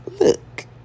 look